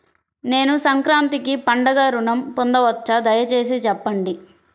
నేను సంక్రాంతికి పండుగ ఋణం పొందవచ్చా? దయచేసి చెప్పండి?